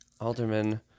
Alderman